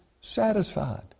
satisfied